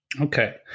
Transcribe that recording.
Okay